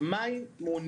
מה היא מעוניינת.